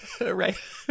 Right